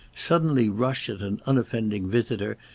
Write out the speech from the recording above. suddenly rush at an unoffending visitor,